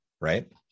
right